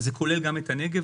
זה כולל גם את הנגב.